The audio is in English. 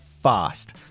fast